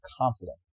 confident